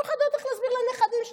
אני לא יודעת איך להסביר לנכדים שלי.